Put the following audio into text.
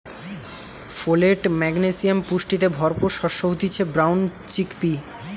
folate, magnesium পুষ্টিতে ভরপুর শস্য হতিছে ব্রাউন চিকপি